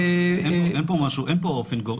אין פה אופן גורף.